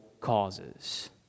causes